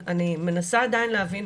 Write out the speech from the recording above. אני מנסה עדיין להבין,